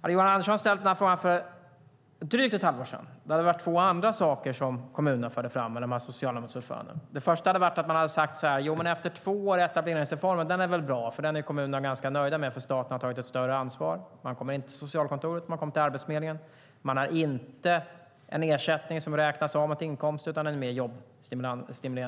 Hade Johan Andersson ställt den här frågan för drygt ett halvår sedan hade det varit två andra saker som kommunerna hade fört fram. Det första hade varit att man hade pratat om tiden efter de två åren i etableringsreformen. Den är väl bra. Den är kommunerna ganska nöjda med, för staten har tagit ett större ansvar för att människor kommer in till socialkontoret, de kommer till Arbetsförmedlingen och de har inte en ersättning som räknas av mot inkomst utan en mer jobbstimulerande.